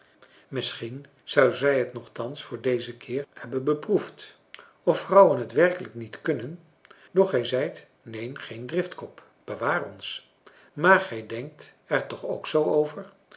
misschien zou zij het nochtans voor dezen keer hebben beproefd f vrouwen het werkelijk niet kunnen doch gij zijt neen geen driftkop bewaar ons maar gij denkt er toch ook zoo over